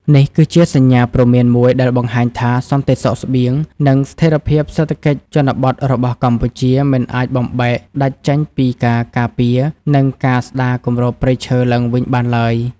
នេះគឺជាសញ្ញាព្រមានមួយដែលបង្ហាញថា សន្តិសុខស្បៀង និងស្ថិរភាពសេដ្ឋកិច្ចជនបទរបស់កម្ពុជា មិនអាចបំបែកដាច់ចេញពីការការពារ និងការស្ដារគម្របព្រៃឈើឡើងវិញបានឡើយ។